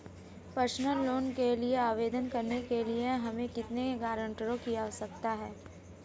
Personal loan के लिए आवेदन करने के लिए हमें कितने गारंटरों की आवश्यकता है?